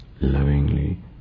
lovingly